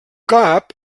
cap